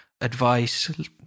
advice